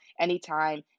Anytime